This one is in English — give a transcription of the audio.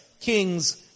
kings